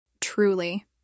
Truly